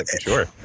sure